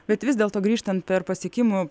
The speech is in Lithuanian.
bet vis dėlto grįžtant per pasiekimų